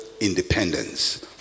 independence